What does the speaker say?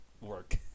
work